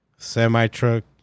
Semi-truck